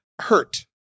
Hurt